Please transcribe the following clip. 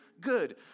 good